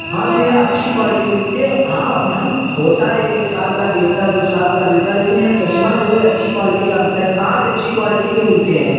ہاں تو یہاں اچھی کوالٹی ملتی ہے اور ہاں یہاں ہوتا ہے ایک سال کا بھی ہوتا ہے دو سال کا بھی ہوتا ہے لیکن یہاں چشمہ جو ہے اچھی کوالٹی کا ملتا ہے کانچ اچھی کوالٹی کے ملتے ہیں